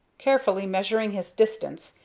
carefully measuring his distance,